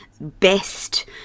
best